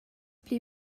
pli